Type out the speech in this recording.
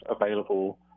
available